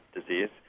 disease